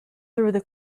through